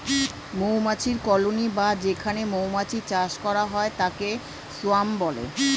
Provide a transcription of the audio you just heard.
মৌমাছির কলোনি বা যেখানে মৌমাছির চাষ করা হয় তাকে সোয়ার্ম বলে